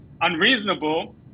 unreasonable